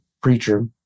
preacher